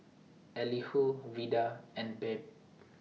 Elihu Vida and Babe